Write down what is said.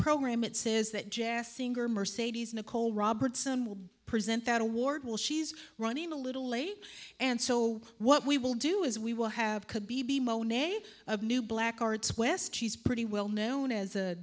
program it says that jazz singer mercedes nicole robertson will present that award will she's running a little late and so what we will do is we will have could b b monet of new black arts west she's pretty well known as a